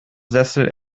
sessel